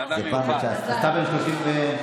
אתה בן 38?